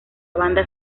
banda